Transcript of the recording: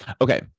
okay